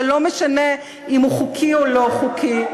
ולא משנה אם הוא חוקי או לא חוקי,